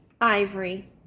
Ivory